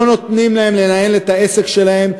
לא נותנים להם לנהל את העסק שלהם,